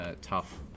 tough